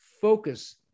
focus